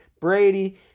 Brady